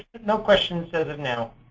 no questions as of now.